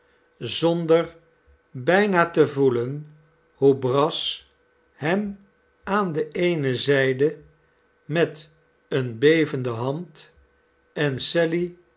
zonder bijna te voelen hoe brass hem aan de eene zijde met eene bevende hand en sally